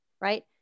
right